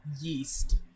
yeast